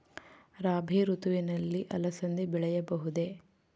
ರಾಭಿ ಋತುವಿನಲ್ಲಿ ಅಲಸಂದಿ ಬೆಳೆಯಬಹುದೆ?